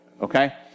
Okay